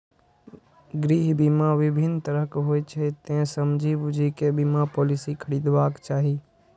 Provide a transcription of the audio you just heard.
गृह बीमा विभिन्न तरहक होइ छै, तें समझि बूझि कें बीमा पॉलिसी खरीदबाक चाही